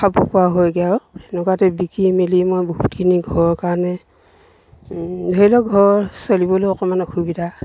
খাব পৰা হয়গৈ আৰু এনেকুৱাতে বিকি মেলি মই বহুতখিনি ঘৰৰ কাৰণে ধৰি লওক ঘৰ চলিবলৈ অকণমান অসুবিধা